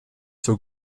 zur